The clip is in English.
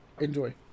enjoy